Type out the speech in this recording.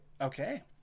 Okay